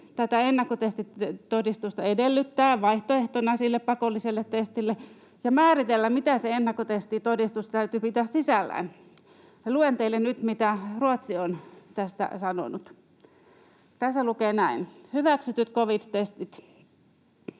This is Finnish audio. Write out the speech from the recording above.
tätä ennakkotestitodistusta edellyttää vaihtoehtona sille pakolliselle testille ja määritellä, mitä sen ennakkotestitodistuksen täytyy pitää sisällään? Luen teille nyt, mitä Ruotsi on tästä sanonut. Tässä lukee näin: ”Hyväksytyt covid-testit: